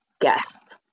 guest